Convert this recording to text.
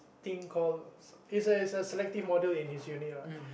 thing call it's a it's a selective module in his uni lah